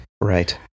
Right